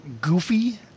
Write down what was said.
goofy